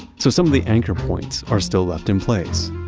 so some of the anchor points are still left in place.